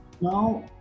now